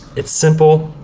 it's simple,